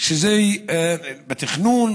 שזה בתכנון,